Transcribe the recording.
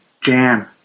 jam